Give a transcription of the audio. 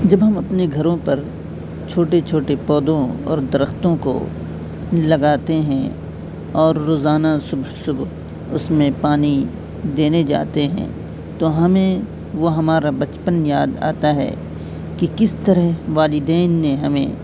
جب ہم اپنے گھروں پر چھوٹے چھوٹے پودوں اور درختوں کو لگاتے ہیں اور روزانہ صبح صبح اس میں پانی دینے جاتے ہیں تو ہمیں وہ ہمارا بچپن یاد آتا ہے کہ کس طرح والدین نے ہمیں